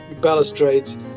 balustrades